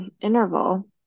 interval